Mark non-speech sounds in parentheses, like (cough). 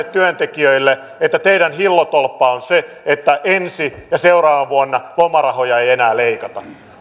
(unintelligible) työntekijöille että teidän hillotolppanne on se että ensi ja sitä seuraavana vuonna lomarahoja ei enää leikata